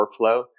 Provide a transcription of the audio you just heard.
workflow